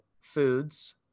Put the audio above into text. foods